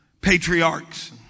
patriarchs